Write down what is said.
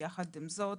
אבל יחד עם זאת